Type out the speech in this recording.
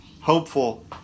Hopeful